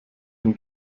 ein